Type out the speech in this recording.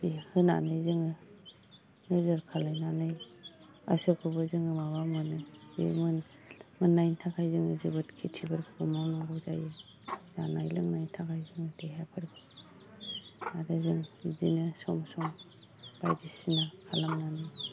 बिदि होनानै जोङो नोजोर खालामनानै गासैखौबो जोङो माबा मोनो बे मोननायनि थाखाय जोङो जोबोद खेथिफोरखौबो मावनांगौ जायो जानाय लोंनायनि थाखाय देहाफोरखौ आरो जों बिदिनो सम सम बायदिसिना खालामनानै